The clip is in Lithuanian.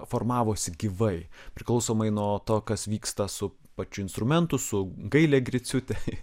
formavosi gyvai priklausomai nuo to kas vyksta su pačiu instrumentu su gaile griciūte